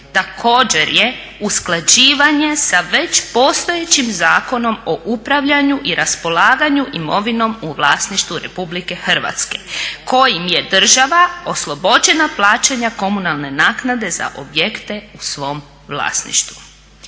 također je usklađivanje sa već postojećim Zakonom o upravljanju i raspolaganju imovinom u vlasništvu RH kojim je država oslobođena plaćanja komunalne naknade za objekte u svom vlasništvu.